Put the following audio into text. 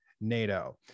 NATO